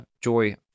Joy